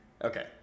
Okay